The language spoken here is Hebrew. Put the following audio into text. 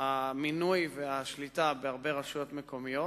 המינוי והשליטה בהרבה רשויות מקומיות.